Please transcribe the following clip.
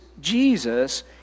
Jesus